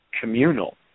communal